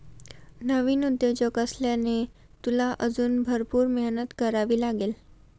नवीन उद्योजक असल्याने, तुला अजून भरपूर मेहनत करावी लागेल